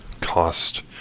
cost